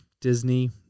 Disney